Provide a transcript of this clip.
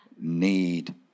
need